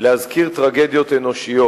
להזכיר טרגדיות אנושיות,